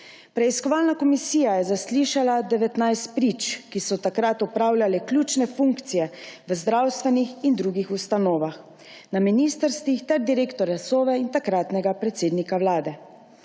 Preiskovalna komisija je zaslišala 19 prič, ki so takrat opravljale ključne funkcije v zdravstvenih in drugih ustanovah, na ministrstvih ter direktorja Sove in takratnega predsednika vlade.